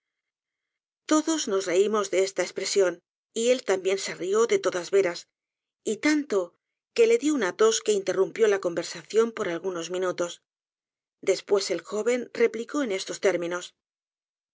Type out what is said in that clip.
todos nos reimos de esta espresion y él también se rió de todas veras y tanto que le dio una los que interrumpió la conversación por algunos minutos después el joven replicó en estos términos